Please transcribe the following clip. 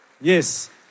Yes